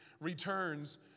returns